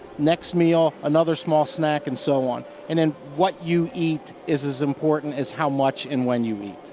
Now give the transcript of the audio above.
next meal, another small snack and so on. and and what you eat is as important as how much and when you eat.